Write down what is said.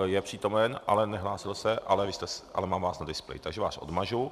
Je přítomen, ale nehlásil se, ale mám vás na displeji, takže vás odmažu.